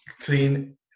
clean